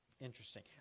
Interesting